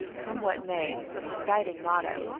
come what may was his guiding motto.